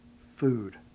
food